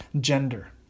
gender